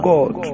God